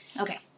Okay